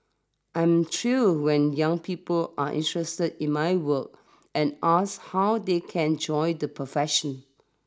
I'm thrilled when young people are interested in my work and ask how they can join the profession